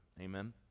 Amen